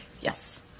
Yes